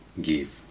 give